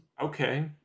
okay